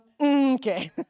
Okay